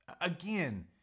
again